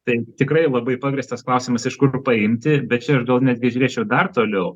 tai tikrai labai pagrįstas klausimas iš kur paimti bet čia aš gal netgi žiūrėčiau dar toliau